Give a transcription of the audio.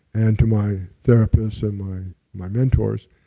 and to my therapist, and my my mentors.